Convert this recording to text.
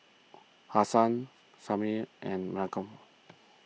Hasan Samir and Malcom